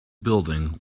building